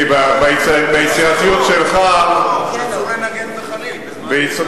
כי אסור לנגן בחליל בזמן נהיגה.